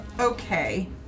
okay